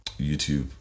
YouTube